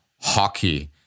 Hockey